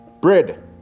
Bread